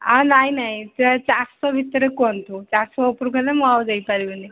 ଆ ନାଇଁ ନାଇଁ ସେ ଚାରିଶହ ଭିତରେ କୁହନ୍ତୁ ଚାରିଶହ ଉପରକୁ ହେଲେ ମୁଁ ଆଉ ଦେଇ ପାରିବିନି